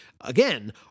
Again